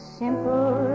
simple